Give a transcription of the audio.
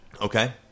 Okay